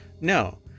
no